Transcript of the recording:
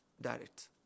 direct